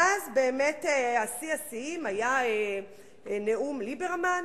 ואז באמת, שיא השיאים היה נאום ליברמן,